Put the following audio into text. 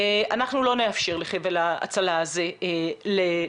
אנחנו לא נאפשר לחבל ההצלה הזה להיגדע,